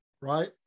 right